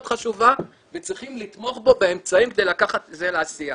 חשובה וצריכים לתמוך בו באמצעים כדי לקחת את זה לעשייה.